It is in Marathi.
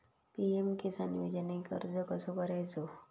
पी.एम किसान योजनेक अर्ज कसो करायचो?